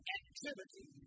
activity